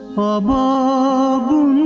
o